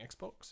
Xbox